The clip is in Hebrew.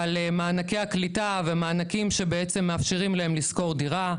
על מענקי הקליטה ומענקים שבעצם מאפשרים להם לשכור דירה.